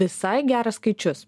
visai geras skaičius